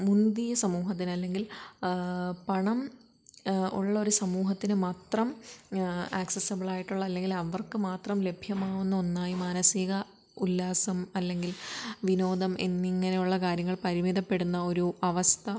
മുന്തിയ സമൂഹത്തിന് അല്ലെങ്കിൽ പണം ഉള്ളൊരു സമൂഹത്തിന് മാത്രം ആക്സസബിളായിട്ടുള്ള അല്ലെങ്കിൽ അവർക്ക് മാത്രം ലഭ്യമാകുന്ന ഒന്നായി മാനസിക ഉല്ലാസം അല്ലെങ്കിൽ വിനോദം എന്നിങ്ങനെ ഉള്ള കാര്യങ്ങൾ പരിമിതപ്പെടുന്ന ഒരു അവസ്ഥ